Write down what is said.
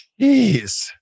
Jeez